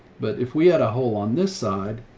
but if we had a hole on this side,